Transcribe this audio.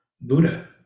Buddha